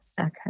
okay